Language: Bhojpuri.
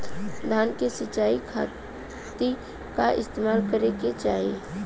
धान के सिंचाई खाती का इस्तेमाल करे के चाही?